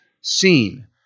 seen